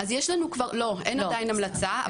לא, אין עדיין המלצה.